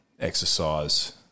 exercise